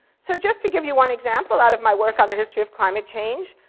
so just to give you one example out of my work on the history of climate change,